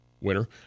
winner